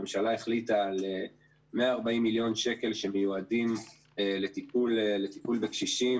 הממשלה החליטה על 140 מיליון שקל שמיועדים לטיפול בקשישים,